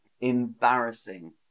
embarrassing